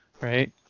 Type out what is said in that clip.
right